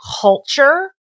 culture